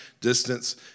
distance